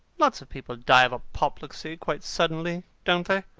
lots of people die of apoplexy, quite suddenly, don't they?